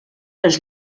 les